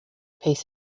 peace